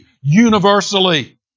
universally